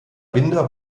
binder